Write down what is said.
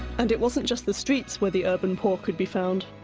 and it wasn't just the streets where the urban poor could be found,